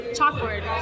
Chalkboard